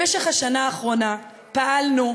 במשך השנה האחרונה פעלנו,